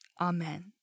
Amen